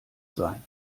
sein